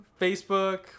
Facebook